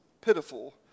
pitiful